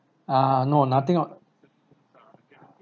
err no nothing on